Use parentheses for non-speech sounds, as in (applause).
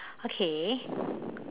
okay (breath)